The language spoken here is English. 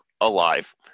alive